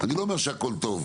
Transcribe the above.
אני לא אומר שהכל טוב.